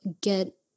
get